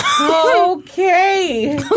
Okay